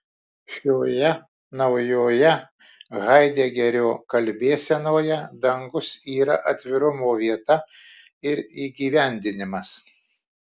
šioje naujoje haidegerio kalbėsenoje dangus yra atvirumo vieta ir įgyvendinimas